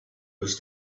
was